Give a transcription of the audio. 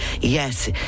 Yes